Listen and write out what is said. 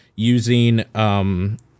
using